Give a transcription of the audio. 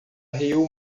riu